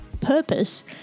purpose